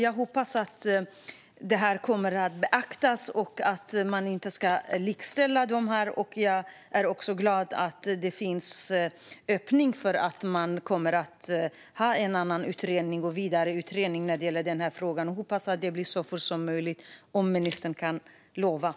Jag hoppas att det kommer att beaktas och att man inte ska likställa det. Jag är glad för att det finns en öppning för att ha en annan utredning och göra en vidare utredning i den här frågan. Jag hoppas att ministern kan lova att det blir så fort som möjligt.